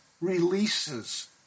releases